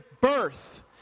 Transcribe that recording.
birth